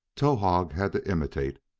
towahg had to imitate,